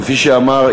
כפי שאמר,